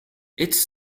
its